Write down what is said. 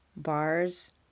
bars